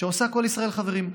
שעושה "כל ישראל חברים".